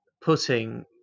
putting